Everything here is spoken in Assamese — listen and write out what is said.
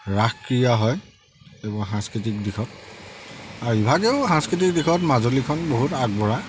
ৰাস ক্ৰীড়া হয় এইবোৰ সাংস্কৃতিক দিশত আৰু ইভাগেও সাংস্কৃতিক দিশত মাজুলীখন বহুত আগবঢ়া